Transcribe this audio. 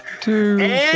Two